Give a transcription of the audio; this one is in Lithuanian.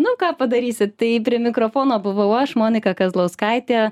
nu ką padarysi tai prie mikrofono buvau aš monika kazlauskaitė